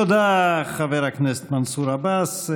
תודה, חבר הכנסת מנסור עבאס.